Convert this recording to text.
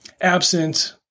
absent